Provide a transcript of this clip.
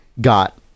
got